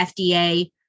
FDA